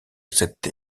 cette